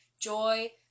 joy